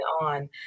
on